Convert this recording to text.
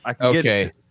Okay